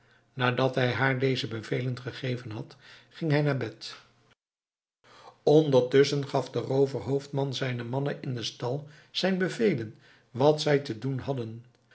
nadat hij haar deze bevelen gegeven had ging hij naar bed ondertusschen gaf de rooverhoofdman zijnen mannen in den stal zijn bevelen wat zij te doen hadden